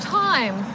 time